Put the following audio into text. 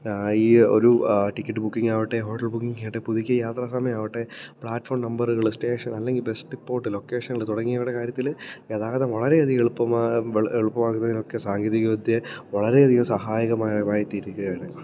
ഈയൊരു ticket booking ആവട്ടെ hotel booking ആവട്ടെ പുതുക്കിയ യാത്രാസമയമാവട്ടെ പ്ലാറ്റ്ഫോം നമ്പറ്കള് സ്റ്റേഷൻ അല്ലെങ്കിൽ ബസ്റ്റ് പ്പോട്ട് ലൊക്കേഷന്കള് തുടങ്ങിയവയുടെ കാര്യത്തിൽ ഗതാഗതം വളരെയധികം എളുപ്പമാകുന്നതിനൊക്കെ സാങ്കേതികവിദ്യ വളരെയധികം സഹായകമായമായിത്തീരുകയാണ്